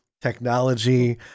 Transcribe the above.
technology